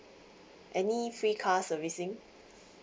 any free car servicing